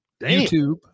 YouTube